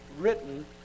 written